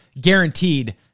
guaranteed